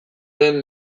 den